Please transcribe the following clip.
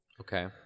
Okay